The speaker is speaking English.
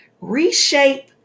reshape